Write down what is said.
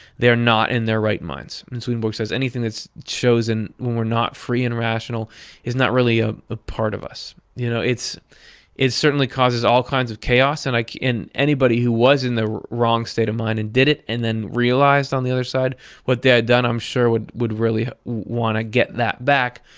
they're not in their right minds, and swedenborg says anything that's chosen when we're not free and rational is not really a ah part of us. you know? it certainly causes all kinds of chaos, and like anybody who was in the wrong state of mind and did it and then realized on the other side what they had done i'm sure would would really want to get that back.